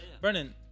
Brennan